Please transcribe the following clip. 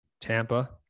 Tampa